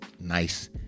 nice